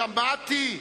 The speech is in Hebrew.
שמעתי.